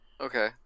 Okay